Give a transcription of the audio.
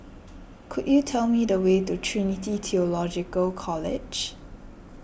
could you tell me the way to Trinity theological College